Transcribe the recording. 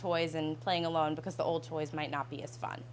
toys and playing alone because the old toys might not be a